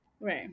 right